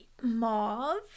Mauve